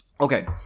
Okay